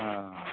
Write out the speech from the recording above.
हँ